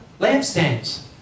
lampstands